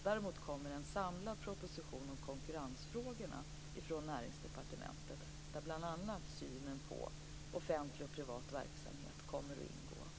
Däremot kommer en samlad proposition om konkurrensfrågorna från Näringsdepartementet, där bl.a. synen på offentlig och privat verksamhet kommer att ingå.